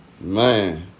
Man